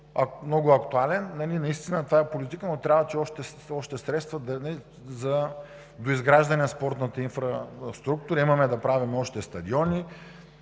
много актуален. Наистина това е политиката, но трябват още средства за доизграждане на спортната инфраструктура. Имаме да правим още стадиони,